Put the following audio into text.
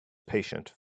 patient